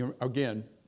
again